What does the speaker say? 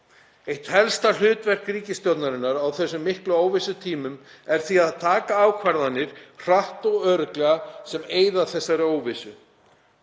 Eitt helsta hlutverk ríkisstjórnarinnar á þessum miklu óvissutímum er því að taka ákvarðanir hratt og örugglega sem eyða þessari óvissu.